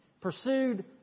pursued